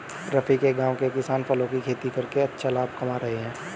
रफी के गांव के किसान फलों की खेती करके अच्छा लाभ कमा रहे हैं